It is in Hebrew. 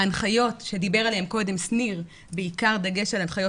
ההנחיות שדיבר עליהן קודם שניר בעיקר בדגש על הנחיות